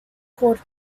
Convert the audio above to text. called